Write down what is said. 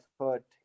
effort